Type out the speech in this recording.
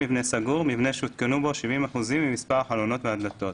"מבנה סגור" מבנה שהותקנו בו 70% ממספר החלונות והדלתות,